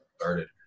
started